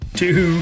two